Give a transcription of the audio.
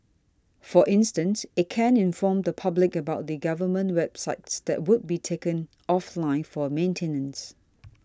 for instance it can inform the public about the government websites that would be taken offline for maintenance